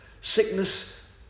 Sickness